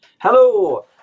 Hello